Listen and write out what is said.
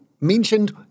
mentioned